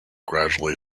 gradually